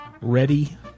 ready